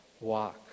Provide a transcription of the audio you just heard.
walk